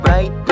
Right